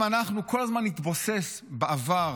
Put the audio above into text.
אם אנחנו כל הזמן נתבוסס בעבר